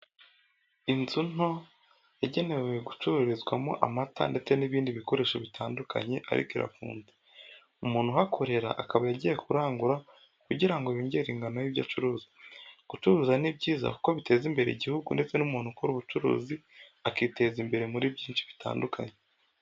Inzu nto, yagenewe gucururizwamo amata ndetse n'ibindi bikoresho bitandukanye ariko irafunze. umuntu uhakorera akaba yagiye kurangura kugira ngo yongere ingano y'ibyo acuruza. Gucuruza ni byiza kuko biteza imbere igihugu ndetse n'umuntu ukora ubucuruzi akiteza imbere muri byinshi bitandukanye.